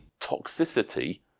toxicity